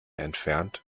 entfernt